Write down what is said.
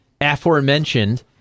aforementioned